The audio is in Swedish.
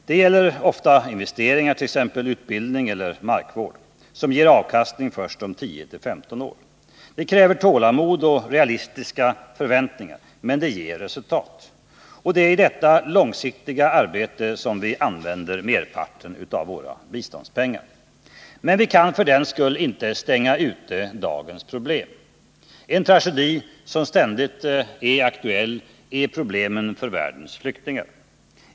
Det gäller ofta investeringar — t.ex. utbildning eller markvård — som ger avkastning först om 10-15 år. Det kräver tålamod och realistiska förväntningar — men det ger resultat. Och det är i detta långsiktiga arbete som vi använder merparten av våra biståndspengar. Men vi kan för den skull inte stänga ute dagens problem. En tragedi som ständigt är aktuell är problemen för världens flyktingar.